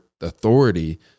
authority